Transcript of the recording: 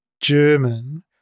German